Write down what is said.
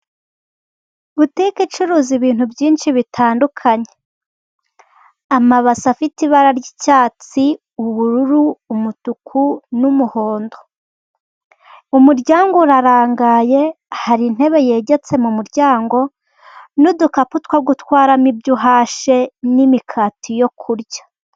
Butike icuruza ibintu byinshi bitandukanye. Amabasi afite ibara ry'icyatsi, ubururu umutuku, n'umuhondo. Umuryango urarangaye, hari intebe yegetse mu muryango, n'udukapu two gutwaramo ibyo uhashye, n'imikati yo kurya.